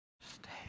Stay